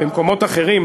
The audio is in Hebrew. במקומות אחרים,